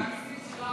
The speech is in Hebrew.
המיסים שלנו,